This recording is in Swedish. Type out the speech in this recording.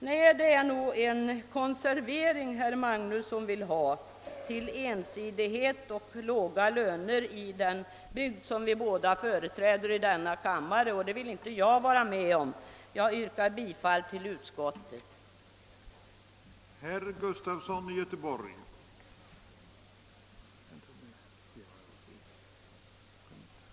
Nej, herr Magnusson vill nog helst ha en konservering till ensidighet och låga löner i den bygd som vi båda företräder i denna kammare. Det vill inte jag vara med om. Jag yrkar bifall till utskottets hemställan.